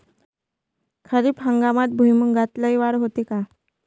खरीप हंगामात भुईमूगात लई वाढ होते का?